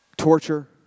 Torture